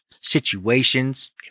situations